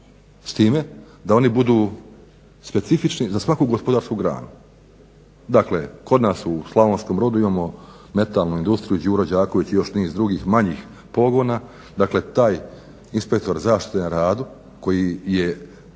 S time da oni budu specifični za svaku gospodarsku granu. Dakle, kod nas u Slavonskom Brodu imamo metalnu industriju Đuro Đaković i još niz drugih manjih pogona, dakle taj inspektor zaštite na radu koji je